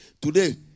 Today